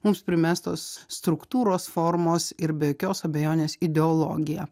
mums primestos struktūros formos ir be jokios abejonės ideologija